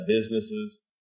businesses